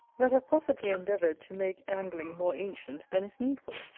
that have possibly endeavoured to make angling more ancient than is needful,